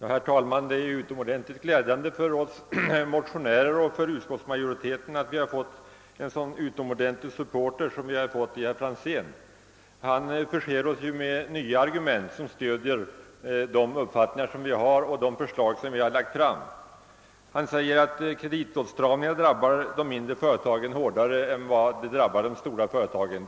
Herr talman! Det är utomordentligt glädjande för oss motionärer och för utskottsmajoriteten att ha fått en så god supporter i herr Franzén i Motala. Han förser oss med nya argument som stöder de uppfattningar vi har och de förslag som vi har lagt fram! Herr Franzén säger att kreditåtstramningar drabbar de mindre företagen hårdare än de drabbar de stora företagen.